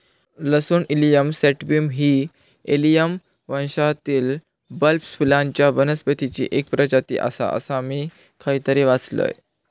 लसूण allium sativum ही allium वंशातील बल्बस फुलांच्या वनस्पतीची एक प्रजाती आसा, असा मी खयतरी वाचलंय